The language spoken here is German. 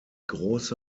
große